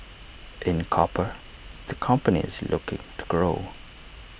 in copper the company is looking to grow